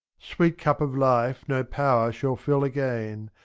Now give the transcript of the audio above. sweet cup of life no power shall fill again.